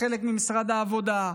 חלק ממשרד העבודה,